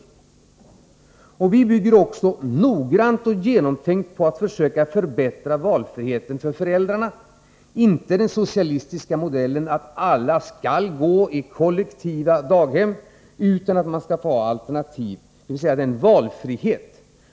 Våra förslag är noggrant och genomtänkt byggda på att vi vill försöka öka valfriheten för föräldrarna. Vi vill inte ha den socialistiska modellen som innebär att alla barn skall placeras i kollektiva daghem, utan vi vill att familjerna skall få alternativ, dvs. valfrihet.